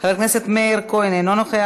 אינו נוכח,